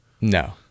no